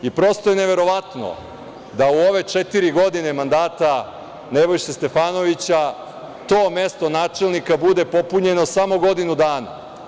Prosto je neverovatno da u ove četiri godine mandata Nebojše Stefanovića to mesto načelnika bude popunjeno samo godinu dana.